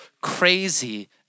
crazy